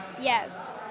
Yes